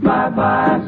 Bye-bye